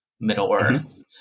Middle-earth